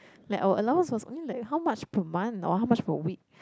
like our allowance was only like how much per month or how much per week